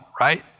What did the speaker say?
right